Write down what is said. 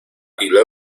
ile